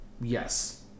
yes